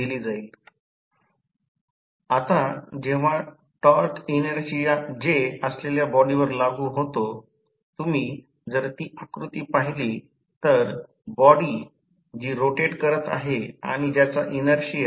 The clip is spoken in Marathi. ट्रान्सफॉर्मर च्या व्होल्टेज रेग्युलेशन ची गणना करावी लागेल ज्यामध्ये तांबे कमी झाल्यामुळे आउटपुट च्या 2 आणि रिअॅक्टन्स ड्रॉप 5 कमी होईल जेव्हा पॉवर फॅक्टर 0